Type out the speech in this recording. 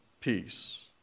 peace